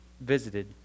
visited